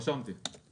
רשמתי לפניי.